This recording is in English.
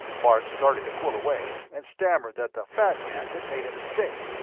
bart started to pull away and stammer that the fat man had made a mistake,